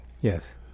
Yes